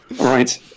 right